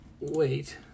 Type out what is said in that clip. wait